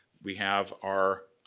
we have our